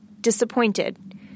disappointed